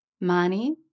money